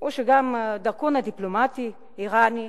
או שגם דרכון דיפלומטי אירני.